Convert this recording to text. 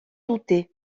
dute